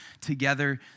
together